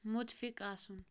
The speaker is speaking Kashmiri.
مُتفِق آسُن